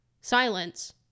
silence